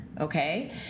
okay